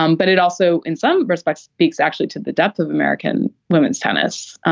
um but it also in some respects speaks actually to the depth of american women's tennis.